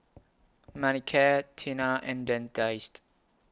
Manicare Tena and Dentiste